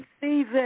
season